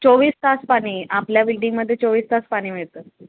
चोवीस तास पाणी आपल्या बिल्डिंगमध्ये चोवीस तास पाणी मिळतं